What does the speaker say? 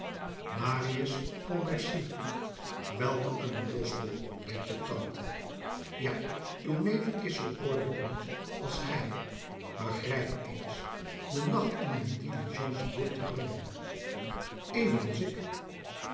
marius pontmercy welk een losbol riep tante ja uw neef is zoo ordelijk niet als gij begrijp eens den nacht in een diligence door te brengen evenals ik